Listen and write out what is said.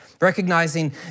Recognizing